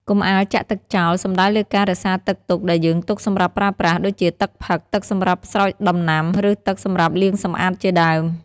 កុំអាលចាក់ទឹកចោល សំដៅលើការរក្សាទឹកទុកដែលយើងទុកសម្រាប់ប្រើប្រាស់ ដូចជាទឹកផឹក ទឹកសម្រាប់ស្រោចដំណាំ ឬទឹកសម្រាប់លាងសម្អាតជាដើម។